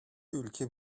ülke